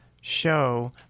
show